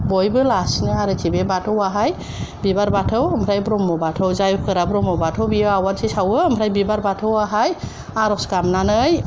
बयबो लासिनो आरोखि बे बाथौआहाय बिबार बाथौ ओमफ्राय ब्रह्म बाथौ जायफोरा ब्रह्म बाथौ बियो आवाथि सावो आरो बिबार बाथौआहाय आर'ज गाबनानै